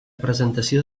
presentació